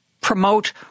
promote